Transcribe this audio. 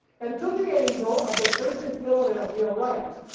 and to the angel of the church in philadelphia write,